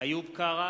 איוב קרא,